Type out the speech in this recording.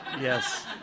yes